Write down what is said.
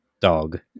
dog